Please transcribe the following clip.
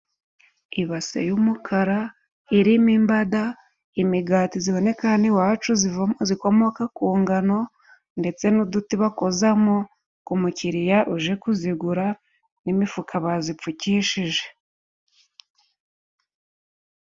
Ibase y'umukara irimo imbada, imigati ziboneka hano iwacu zikomoka ku ngano, ndetse n'uduti bakozamo ku mukiriya uje kuzigura, n'imifuka bazipfukishije.